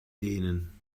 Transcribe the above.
denen